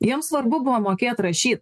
jiem svarbu buvo mokėt rašyt